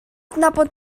adnabod